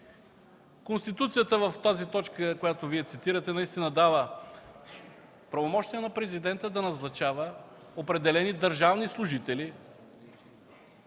Конституцията в тази точка, която Вие цитирате, наистина дава правомощие на президента да назначава определени държавни служители,